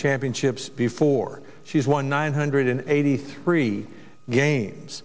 championships before she's won nine hundred eighty three games